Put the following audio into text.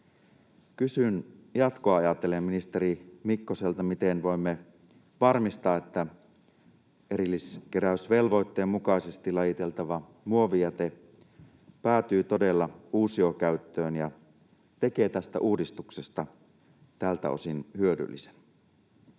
Kysyn jatkoa ajatellen ministeri Mikkoselta: miten voimme varmistaa, että erilliskeräysvelvoitteen mukaisesti lajiteltava muovijäte päätyy todella uusiokäyttöön ja tekee tästä uudistuksesta tältä osin hyödyllisen?